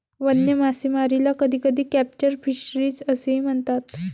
वन्य मासेमारीला कधीकधी कॅप्चर फिशरीज असेही म्हणतात